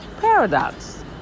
Paradox